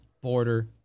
border